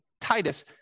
Titus